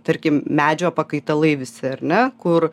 tarkim medžio pakaitalai visi ar ne kur